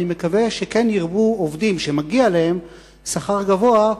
אני מקווה שכן ירבו עובדים שמגיע להם שכר גבוה,